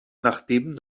nachdem